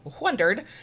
wondered